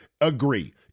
agree